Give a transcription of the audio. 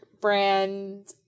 brand